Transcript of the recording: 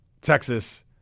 texas